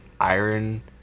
iron